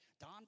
Don